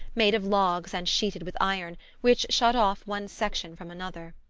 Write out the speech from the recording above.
made of logs and sheeted with iron, which shut off one section from another.